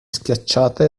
schiacciata